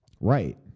Right